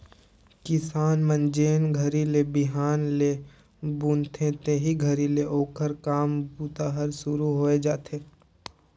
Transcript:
किसान मन जेन घरी ले बिहन ल बुनथे तेही घरी ले ओकर काम बूता हर सुरू होए जाथे